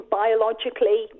biologically